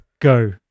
go